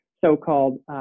so-called